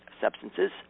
substances